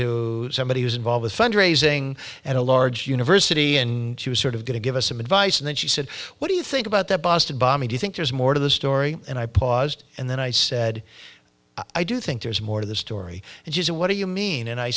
to somebody who's involved with fund raising and a large university and she was sort of going to give us some advice and then she said what do you think about the boston bombing do you think there's more to the story and i paused and then i said i do think there's more to the story and she said what do you mean and i